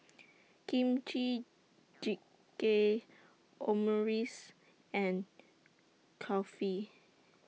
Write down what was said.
Kimchi Jjigae Omurice and Kulfi